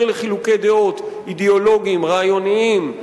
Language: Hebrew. לחילוקי דעות אידיאולוגיים רעיוניים,